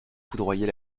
foudroyer